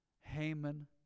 Haman